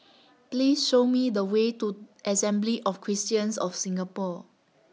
Please Show Me The Way to Assembly of Christians of Singapore